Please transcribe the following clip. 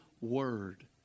word